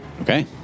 Okay